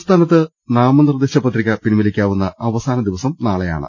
സംസ്ഥാനത്ത് നാമനിർദ്ദേശ പത്രിക പിൻവലിക്കാവുന്ന അവസാന ദിവസം നാളെയാണ്